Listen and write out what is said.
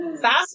Fast